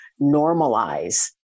normalize